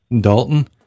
Dalton